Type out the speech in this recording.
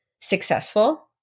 successful